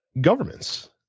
governments